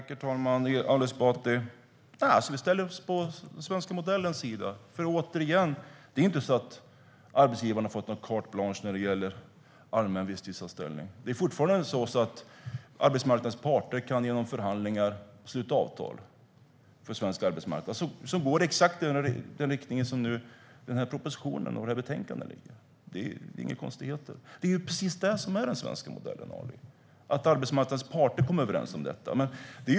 Herr talman! Vi ställer oss på den svenska modellens sida, Ali Esbati. Det är inte så att arbetsgivarna har fått något carte blanche när det gäller allmän visstidsanställning. Det är fortfarande så att arbetsmarknadens parter genom förhandlingar kan sluta avtal för svensk arbetsmarknad som går exakt i den riktning som propositionen och betänkandet nu gör. Det är inga konstigheter. Det är precis det som är den svenska modellen, Ali Esbati, att arbetsmarknadens parter kommer överens om detta.